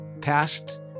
past